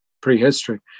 prehistory